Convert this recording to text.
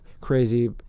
crazy